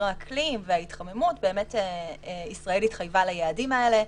האקלים וההתחממות ישראל התחייבה ליעדים האלה.